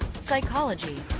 psychology